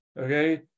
Okay